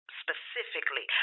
specifically